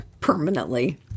permanently